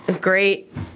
Great